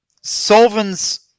solvents